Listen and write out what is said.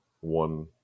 One